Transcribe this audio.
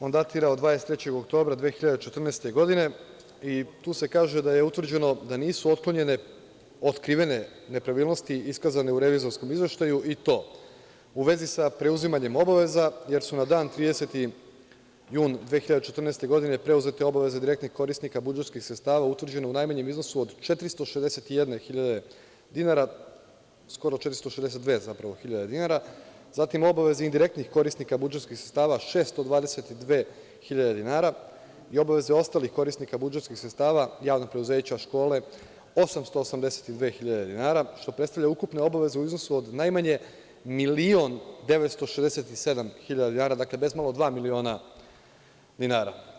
On datira od 23. oktobra 2014. godine i tu se kaže da je utvrđeno da nisu otkrivene nepravilnosti iskazane u revizorskom izveštaju i to: u vezi sa preuzimanjem obaveza, jer su na dan 30. jun 2014. godine preuzete obaveze direktnih korisnika budžetskih sredstava utvrđene u najmanjem iznosu od 461.000 dinara, skoro 462.000 dinara, zatim obaveze indirektnih korisnika budžetskih sredstava 622.000 dinara i obaveze ostalih korisnika budžetskih sredstava, javnih preduzeća, škole 882.000 dinara, što predstavlja ukupne obaveze u iznosu od najmanje 1.967.000 dinara, dakle bezmalo dva miliona dinara.